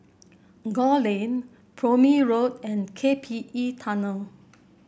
Gul Lane Prome Road and K P E Tunnel